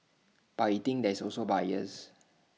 but he thinks there is also bias